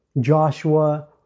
Joshua